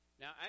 Now